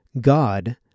God